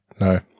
No